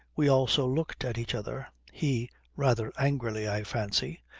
we also looked at each other, he rather angrily, i fancy,